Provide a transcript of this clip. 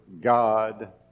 God